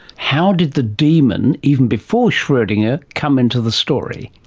how did the demon, even before schrodinger, come into the story?